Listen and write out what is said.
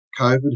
COVID